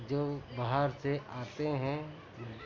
جو باہر سے آتے ہیں